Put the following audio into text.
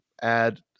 add